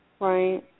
Right